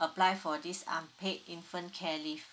apply for this unpaid infant care leave